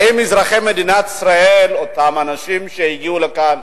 האם אזרחי מדינת ישראל, אותם אנשים שהגיעו לכאן